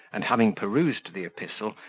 and having perused the epistle,